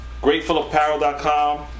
Gratefulapparel.com